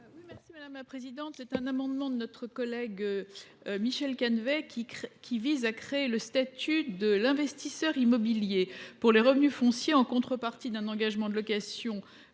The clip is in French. Mme Nathalie Goulet. Cet amendement de notre collègue Michel Canévet vise à créer un statut de l’investisseur immobilier pour les revenus fonciers, en contrepartie d’un engagement de location